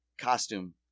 costume